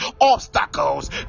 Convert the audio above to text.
obstacles